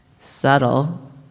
subtle